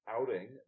outing